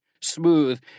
smooth